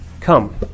come